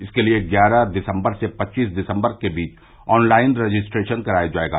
इसके लिए ग्यारह दिसम्बर से पच्चीस दिसम्बर के बीच ऑन लाइन रजिस्टेशन कराया जा सकेगा